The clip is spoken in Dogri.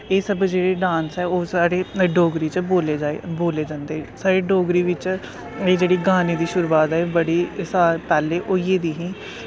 एह् सब जेह्ड़े डांस ऐ ओह् साढ़ी डोगरी च बोल्ले जंदे न साढ़ी डोगरी बिच्च एह् जेह्ड़ी गानें दी शुरूआत ऐ एह् बड्डी साल पैह्लें होई गेदी ही